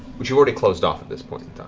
which you already closed off at this point